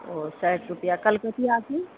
ओ साठि रुपैआ कलकतिआके